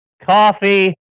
coffee